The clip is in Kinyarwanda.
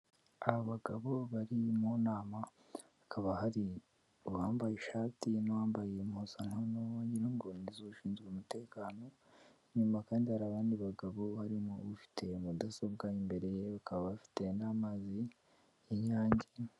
Aba bagabo bari mu nama hakaba hari bambaye ishati y n'uwambaye impuzankan nyira ngo ishinzwe umutekano nyuma kandi hari abandi bagabo barimo ufite mudasobwa imbere ye bakaba bafite n'amazi y'inyange(..)